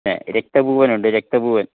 അ രക്തപൂവനുണ്ട് രക്തപൂവൻ